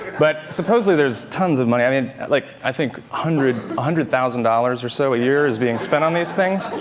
but, supposedly, there's tons of money. i mean, like, i think, one ah hundred thousand dollars or so a year is being spent on these things.